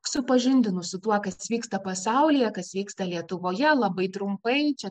supažindinus su tuo kas vyksta pasaulyje kas vyksta lietuvoje labai trumpai čia